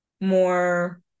more